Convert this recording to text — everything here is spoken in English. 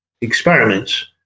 experiments